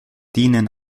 dienen